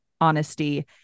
honesty